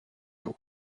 eaux